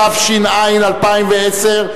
התש"ע 2010,